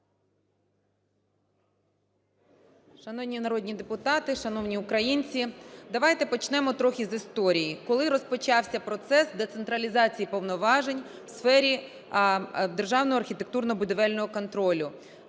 Шановні народні депутати, шановні українці! Давайте почнемо трохи з історії, коли розпочався процес децентралізації повноважень у сфері державного архітектурно-будівельного контролю,